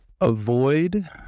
Avoid